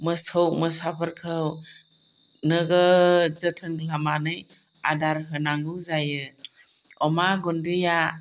मोसौ मोसाफोरखौ नोगोद जोथोन खालामनानै आदार होनांगौ जायो अमा गुन्दैया